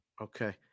Okay